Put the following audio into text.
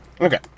Okay